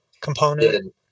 component